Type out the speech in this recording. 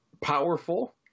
powerful